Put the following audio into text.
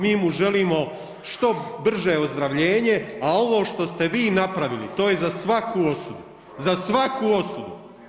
Mi mu želimo što brže ozdravljenje, a ovo što ste vi napravili to je za svaku osudu, za svaku osudu.